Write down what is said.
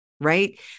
Right